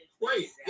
wait